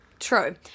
True